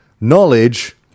knowledge